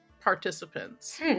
participants